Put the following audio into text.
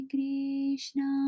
Krishna